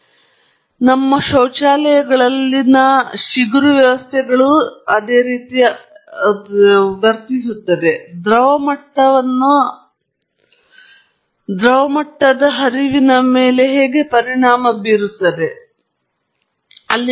ಇದು ತುಂಬಾ ಮುಖ್ಯವಾಗಿದೆ ಏಕೆಂದರೆ ನಮ್ಮ ಶೌಚಾಲಯಗಳಲ್ಲಿನ ಚಿಗುರು ವ್ಯವಸ್ಥೆಗಳನ್ನು ನೋಡೋಣ ದ್ರವ ಮಟ್ಟವನ್ನು ಹರಿವು ಹೇಗೆ ಪರಿಣಾಮ ಬೀರುತ್ತದೆ ಎಂಬುದರ ಕುರಿತು ಅವು ಆಧರಿಸಿವೆ